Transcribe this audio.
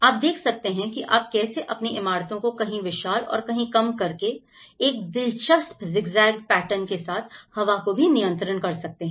आप देख सकते हैं कि आप कैसे अपनी इमारतों को कहीं विशाल और कहीं कम करके एक दिलचस्प zigzag pattern के साथ हवा को भी नियंत्रित कर सकते हैं